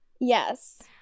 Yes